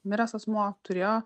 miręs asmuo turėjo